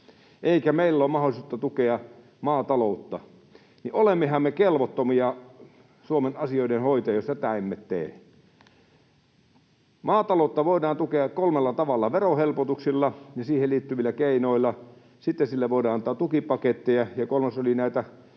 eikä meillä ole mahdollisuutta tukea maataloutta, niin olemmehan me kelvottomia Suomen asioiden hoitajia, jos tätä emme tee. Maataloutta voidaan tukea kolmella tavalla: verohelpotuksilla ja niihin liittyvillä keinoilla, sitten sille voidaan antaa tukipaketteja, ja kolmas oli —